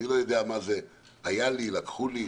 אני לא יודע מה זה היה לי, לקחו לי.